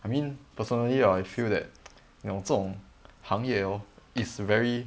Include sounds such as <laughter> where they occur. I mean personally I feel that <noise> 这种行业 orh is very